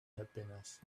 happiness